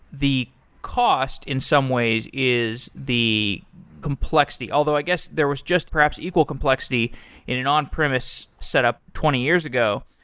the cost in some ways is the complexity. although, i guess, there was just perhaps equal complexity in an on premise setup twenty years ago,